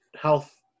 Health